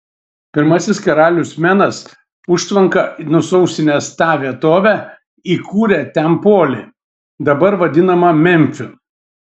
pirmasis karalius menas užtvanka nusausinęs tą vietovę įkūrė ten polį dabar vadinamą memfiu